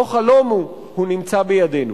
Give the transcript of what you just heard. לא חלום הוא, הוא נמצא בידינו.